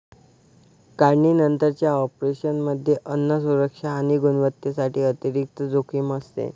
काढणीनंतरच्या ऑपरेशनमध्ये अन्न सुरक्षा आणि गुणवत्तेसाठी अतिरिक्त जोखीम असते